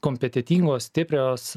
kompetetingos stiprios